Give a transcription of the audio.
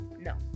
no